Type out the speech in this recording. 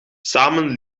samen